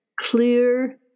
clear